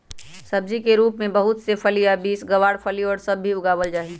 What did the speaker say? सब्जी के रूप में भी बहुत से फलियां, बींस, गवारफली और सब भी उगावल जाहई